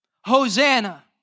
Hosanna